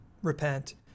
Repent